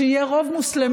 כלפי העלייה.